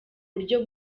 buryo